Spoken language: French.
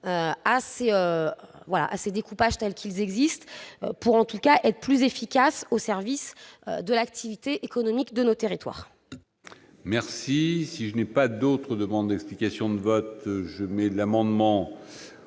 aux découpages tels qu'ils existent, pour être plus efficaces au service de l'activité économique de nos territoires.